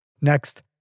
Next